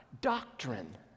Doctrine